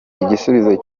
igisubizo